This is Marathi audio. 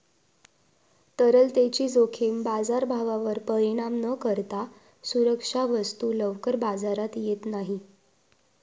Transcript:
तरलतेची जोखीम बाजारभावावर परिणाम न करता सुरक्षा वस्तू लवकर बाजारात येत नाही